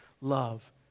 love